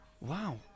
Wow